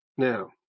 Now